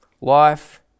Life